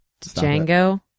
Django